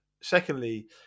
Secondly